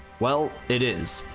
well it is.